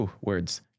Words